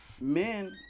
men